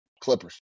Clippers